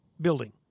building